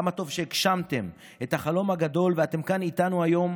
כמה טוב שהגשמתם את החלום הגדול ואתם כאן איתנו היום,